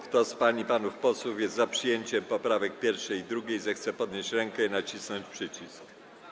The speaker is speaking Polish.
Kto z pań i panów posłów jest za przyjęciem poprawek 1. i 2., zechce podnieść rękę i nacisnąć przycisk.